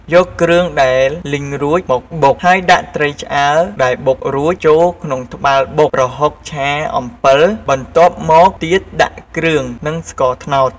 យកគ្រឿងដែលលីងរួចមកបុក ហើយដាក់ត្រីឆ្អើរដែលបុករួចចូលក្នុងត្បាល់បុកប្រហុកឆាអំពិល បន្ទាប់មកទៀតដាក់គ្រឿងនិងស្ករត្នោត។